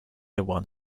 one